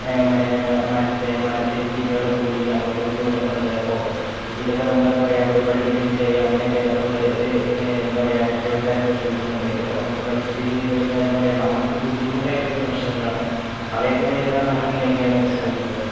പിന്നെ മരത്ത് മരത്തിന്റെ ചില്ലകളൊക്കെ ഒടിയുക അങ്ങനത്തെ ബുദ്ധിമുട്ടൊക്കെയുണ്ട് അപ്പോൾ ഇതൊക്കെ നമ്മൾ എന്താണ് പറയുക ഒരു വള്ളി ഇട്ട് കെട്ടി അങ്ങനെയൊക്കെ നമ്മൾ ഇത് എന്താണ് പറയുക രക്ഷപ്പെടുത്താനൊക്കെ ശ്രമിക്കുന്നുണ്ട് ഇതൊക്കെ നമുക്ക് പരിസ്ഥിതിയിൽ വരുന്ന എന്താണ് പറയുക നമുക്ക് ബുദ്ധിമുട്ടായിട്ട് വരുന്ന പ്രശ്നങ്ങളാണ് അവയൊക്കെ നേരിടാൻ നമ്മൾ ഇങ്ങനെയൊക്കെയാണ് ശ്രമിക്കുന്നത്